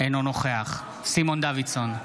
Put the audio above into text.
אינו נוכח סימון דוידסון,